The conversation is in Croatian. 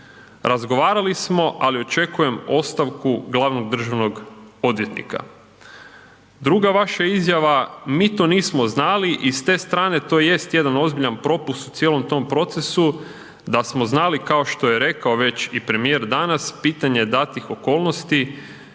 Razgovarali smo ali očekujem ostavku glavnog državnog odvjetnika.“ Druga vaša izjava: „Mi to nismo znali i s te strane to jest jedan ozbiljan propust u cijelom tom procesu. Da smo znali kao što je rekao već i premijer danas pitanje datih okolnosti